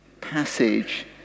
passage